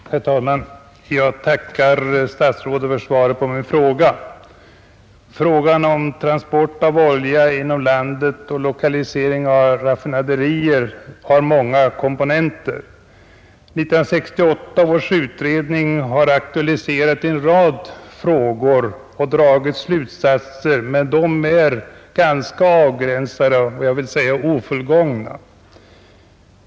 Herr talman! Jag tackar statsrådet för svaret på min fråga. Frågan om transport av olja inom landet och lokalisering av raffinaderier har många komponenter. 1968 års utredning har aktualiserat en rad problem och dragit slutsatser, men de är avgränsade och, vill jag säga, ofullgångna.